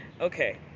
okay